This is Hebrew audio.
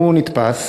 הוא נתפס